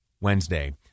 Wednesday